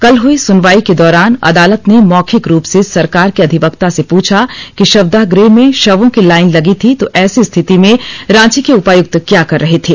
कल हुई सुनवाई के दौरान अदालत ने मौखिक रूप से सरकार के अधिवक्ता से पूछा कि शवदाह गृह में शवों की लाइन लगी थी तो ऐसी स्थिति में रांची के उपायुक्त क्या कर रहे थे